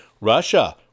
Russia